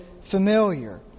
familiar